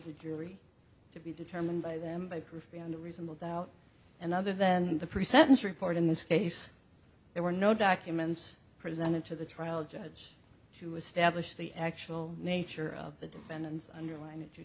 the jury to be determined by them by proof beyond a reasonable doubt and other than the pre sentence report in this case there were no documents presented to the trial judge to establish the actual nature of the defendant's underlying